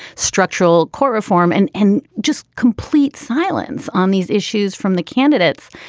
structural core reform, and and just complete silence on these issues from the candidates.